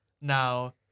now